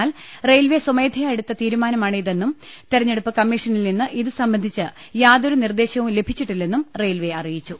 എന്നാൽ റെയിൽവെ സ്വമേധയാ എടുത്ത തീരുമാനമാണിതെന്നും തെരഞ്ഞെടുപ്പ് കമ്മീഷനിൽ നിന്ന് ഇതുസംബന്ധിച്ച് യാതൊരു നിർദേശവും ലഭിച്ചിട്ടില്ലെന്ന് റെയിൽവെ അറിയിച്ചു